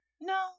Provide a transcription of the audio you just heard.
No